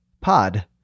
pod